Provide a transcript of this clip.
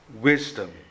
wisdom